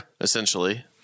Essentially